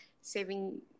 saving